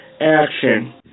action